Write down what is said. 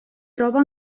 troba